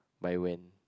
by when